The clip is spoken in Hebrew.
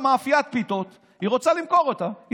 והיא רוצה למכור אותה,